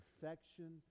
perfection